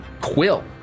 Quill